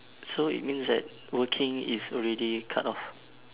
so it means that working is already cut off